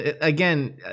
again